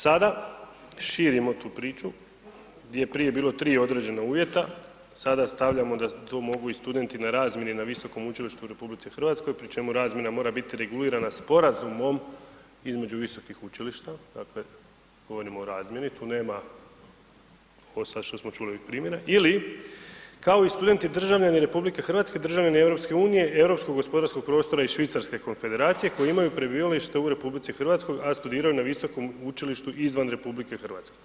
Sada širimo tu priču, di je prije bilo 3 određena uvjeta, sada stavljamo da to mogu i studenti na razmjeni na visokom učilištu u RH pri čemu razmjena mora bit regulirana sporazumom između visokih učilišta, dakle govorimo o razmjeni, tu nema ovo sad što smo čuli primjera ili kao i studenti državljani RH, državljani EU, Europskog gospodarskog prostora i Švicarske Konfederacije koji imaju prebivalište u RH, a studiraju na visokom učilištu izvan RH.